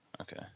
okay